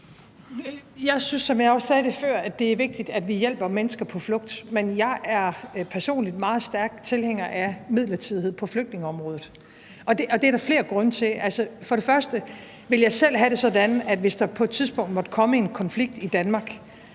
Jeg synes, som jeg også sagde det før, at det er vigtigt, at vi hjælper mennesker på flugt. Men jeg er personligt meget stærk tilhænger af midlertidighed på flygtningeområdet. Og det er der flere grunde til. Altså, for det første ville jeg selv have det sådan, at hvis der på et tidspunkt måtte komme en konflikt i Danmark